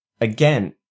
again